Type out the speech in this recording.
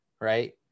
right